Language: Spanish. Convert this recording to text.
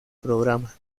programa